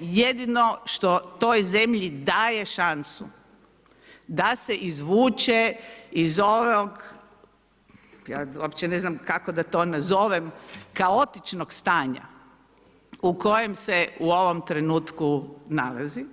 To je jedino što toj zemlji daje šansu da se izvuče iz ovog, ja opće ne znam kako da to nazovem, kaotičnog stanja u koje se u ovom trenutku nalazi